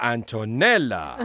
Antonella